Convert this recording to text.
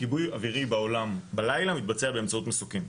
כיבוי אווירי בעולם בלילה מתבצע באמצעות מסוקים.